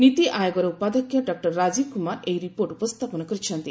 ନୀତି ଆୟୋଗର ଉପାଧ୍ୟକ୍ଷ ଡକ୍କର ରାଜୀବ କୁମାର ଏହି ରିପୋର୍ଟ ଉପସ୍ଥାପନ କରିଛନ୍ତି